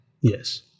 Yes